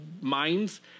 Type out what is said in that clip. minds